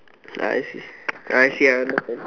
I see I see I understand